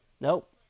Nope